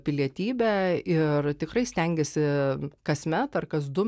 pilietybę ir tikrai stengiasi kasmet ar kas du